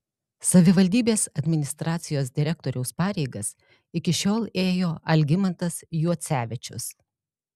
savivaldybės administracijos direktoriaus pareigas iki šiol ėjo algimantas juocevičius